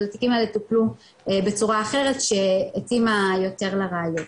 התיקים האלה טופלו בצורה אחרת שהתאימה יותר לראיות.